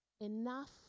Enough